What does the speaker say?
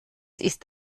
ist